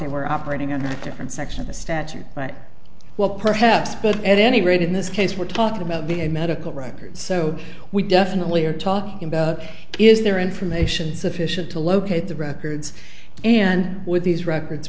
they were operating under a different section of the statute right well perhaps but at any rate in this case we're talking about v a medical records so we definitely are talking about is there information sufficient to locate the records and with these records